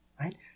Right